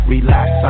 Relax